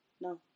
No